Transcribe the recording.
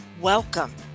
Welcome